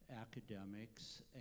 academics